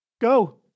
go